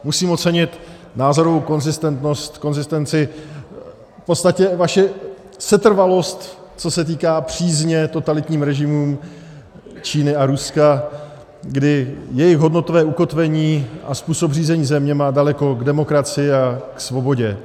Musím ocenit názorovou konzistentnost, konzistenci, v podstatě vaši setrvalost, co se týká přízně totalitním režimům Číny a Ruska, kdy jejich hodnotové ukotvení a způsob řízení země má daleko k demokracii a ke svobodě.